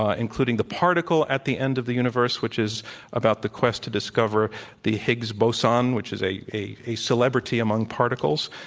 ah including the particle at the end of the universe, which is about the quest to discover the higgs boson, which is a a celebrity among particles.